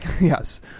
Yes